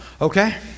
okay